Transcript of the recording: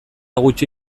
gutxi